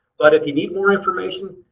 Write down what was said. but if you need more information,